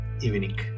evening